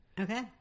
Okay